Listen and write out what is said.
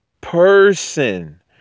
person